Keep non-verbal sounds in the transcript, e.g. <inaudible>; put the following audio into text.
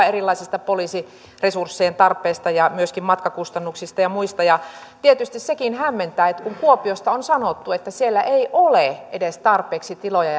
<unintelligible> erilaisesta poliisiresurssien tarpeesta ja myöskin matkakustannuksista ja muista tietysti sekin hämmentää että kuopiosta on sanottu että siellä ei ole edes tarpeeksi tiloja <unintelligible>